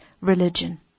religion